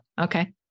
okay